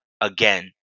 again